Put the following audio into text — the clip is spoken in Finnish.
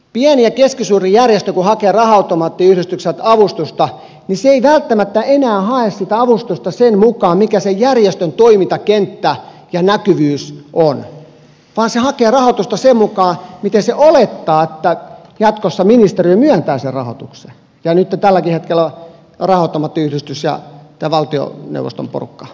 pieni ja keskisuuri järjestö kun hakee raha automaattiyhdistykseltä avustusta niin se ei välttämättä enää hae sitä avustusta sen mukaan mitkä sen järjestön toimintakenttä ja näkyvyys ovat vaan se hakee rahoitusta sen mukaan miten se olettaa että jatkossa ministeriö myöntää sen rahoituksen ja nytten tälläkin hetkellä raha automaattiyhdistys ja tämä valtioneuvoston porukka